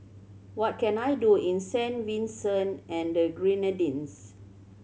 what can I do in Saint Vincent and the Grenadines